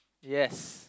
yes